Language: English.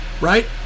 Right